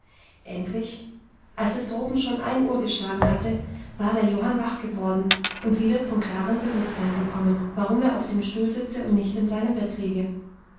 endlich als es droben schon ein uhr geschlagen hatte war der johann wach geworden und wieder zum klaren bewusstsein gekommen warum er auf dem stuhl sitze und nicht in seinem bett liege